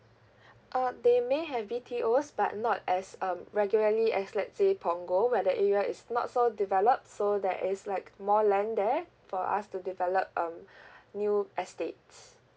uh they may have B_T_Os but not as um regularly as let's say punggol where that area is not so developed so that is like more land there for us to develop um new estates